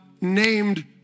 named